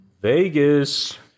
Vegas